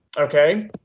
okay